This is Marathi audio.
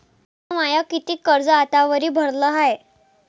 मिन माय कितीक कर्ज आतावरी भरलं हाय?